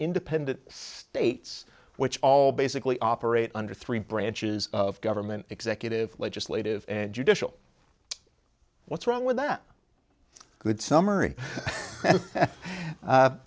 independent states which all basically operate under three branches of government executive legislative and judicial what's wrong with that good summary